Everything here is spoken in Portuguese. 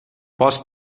posso